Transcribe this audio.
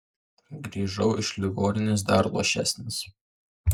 grįžau iš ligoninės dar luošesnis